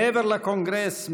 מעבר לקונגרס,